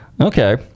Okay